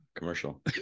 Commercial